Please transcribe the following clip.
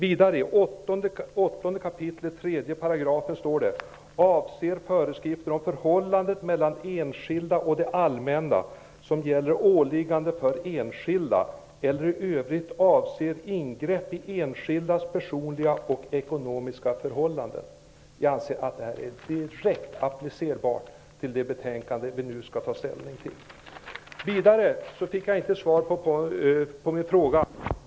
I regeringsformens 8 kap. 3 § står det: ''Avser föreskrifter om förhållandet mellan enskilda och det allmänna, som gäller åliggande för enskilda eller i övrigt avser ingrepp i enskildas personliga och ekonomiska förhållanden.'' Jag anser att detta är direkt applicerbart på det betänkande som vi nu skall ta ställning till. Jag fick inte svar på min fråga.